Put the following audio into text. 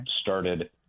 started